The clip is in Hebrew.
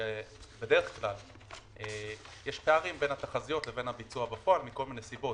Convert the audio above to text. שבדרך כלל יש פערים בין התחזיות לבין הביצוע בפועל מכל מיני סיבות,